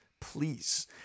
please